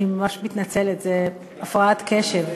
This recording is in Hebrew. אני ממש מתנצלת, זה הפרעת קשב.